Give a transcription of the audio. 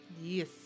Yes